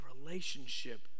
relationship